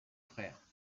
frère